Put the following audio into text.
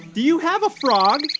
do you have a frog?